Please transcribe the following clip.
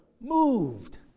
moved